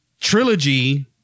trilogy